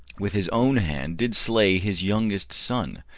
with his own hand did slay his youngest son,